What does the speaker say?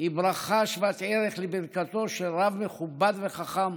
היא ברכה שוות ערך לברכתו של רב מכובד וחכם,